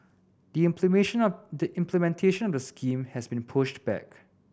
of the implementation of the scheme has been pushed back